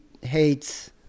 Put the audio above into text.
hates